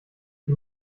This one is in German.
die